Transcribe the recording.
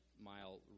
mile